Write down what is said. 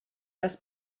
das